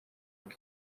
uko